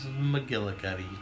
McGillicuddy